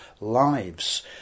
lives